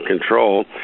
control